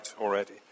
already